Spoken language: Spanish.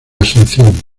asunción